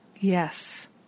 Yes